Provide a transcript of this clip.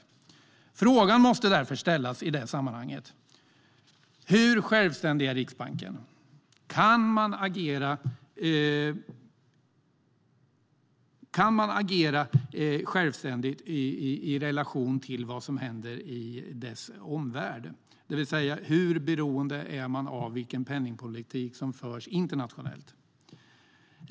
I detta sammanhang måste man därför fråga: Hur självständig är Riksbanken? Kan den agera självständigt i relation till vad som händer i dess omvärld, det vill säga hur beroende är den av vilken penningpolitik som förs internationellt?